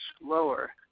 lower